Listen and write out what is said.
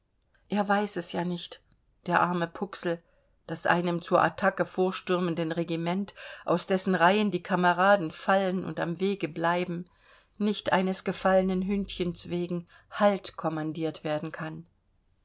er weiß es ja nicht der arme puxl daß einem zur attacke vorstürmenden regiment aus dessen reihen die kameraden fallen und am wege bleiben nicht eines gefallenen hündchens wegen halt kommandiert werden kann